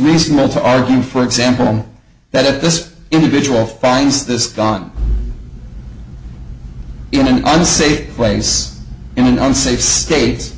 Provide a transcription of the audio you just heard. reasonable to argue for example that this individual finds this gun in an unsafe place in an unsafe states